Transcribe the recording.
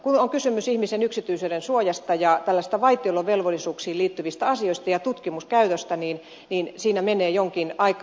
kun on kysymys ihmisen yksityisyydensuojasta ja tällaisista vaitiolovelvollisuuksiin liittyvistä asioista ja tutkimuskäytöstä niin siinä menee jonkin aikaa